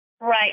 Right